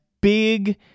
Big